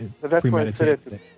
premeditated